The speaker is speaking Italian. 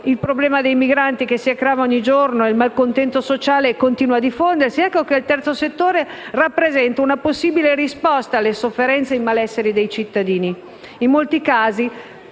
il problema dei migranti si aggrava ogni giorno e il malcontento sociale continua a diffondersi, ecco che il terzo settore rappresenta una possibile risposta alle sofferenze e ai malesseri dei cittadini. In molti casi